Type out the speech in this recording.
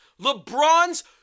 LeBron's